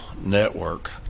network